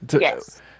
Yes